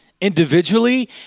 individually